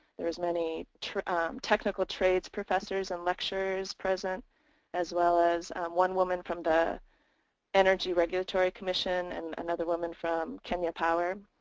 there was many technical trades professors and lecturers present as well as one woman from the energy regulatory commission and another woman from kenya power.